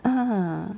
ah